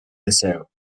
deseo